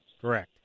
Correct